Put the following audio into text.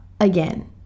again